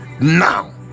now